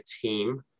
team